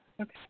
Okay